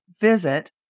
visit